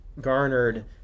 garnered